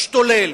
משתולל,